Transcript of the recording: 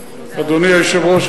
אדוני היושב-ראש,